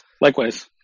Likewise